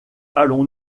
allons